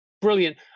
brilliant